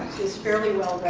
he's fairly